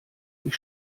ich